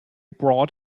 brought